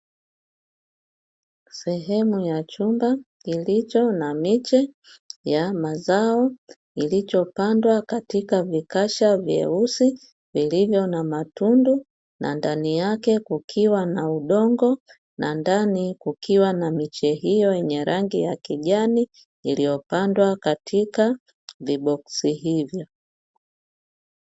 Sehemu ya chumba kilicho na miche ya mazao kilichopandwa katika vikasha vyeusi vilivyo na matundu na ndani yake kukiwa na udongo, na ndani kukiwa na miche hiyo yenye rangi ya kijani iliyopandwa katika viboksi hivyo.